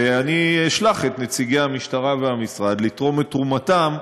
ואני אשלח את נציגי המשטרה והמשרד לתרום את תרומתם,